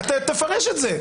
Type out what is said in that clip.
תפרש את זה.